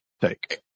take